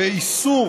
ואיסור